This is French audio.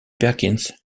perkins